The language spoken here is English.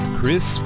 Chris